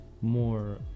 more